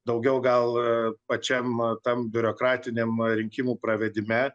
daugiau gal pačiam tam biurokratiniam rinkimų pravedime